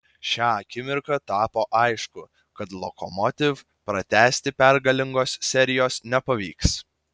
šią akimirką tapo aišku kad lokomotiv pratęsti pergalingos serijos nepavyks